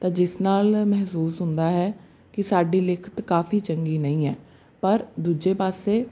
ਤਾਂ ਜਿਸ ਨਾਲ ਮਹਿਸੂਸ ਹੁੰਦਾ ਹੈ ਕਿ ਸਾਡੀ ਲਿਖਤ ਕਾਫੀ ਚੰਗੀ ਨਹੀਂ ਹੈ ਪਰ ਦੂਜੇ ਪਾਸੇ